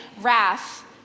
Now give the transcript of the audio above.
wrath